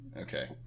Okay